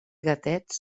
gatets